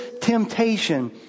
temptation